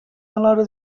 alhora